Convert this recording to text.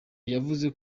yavuze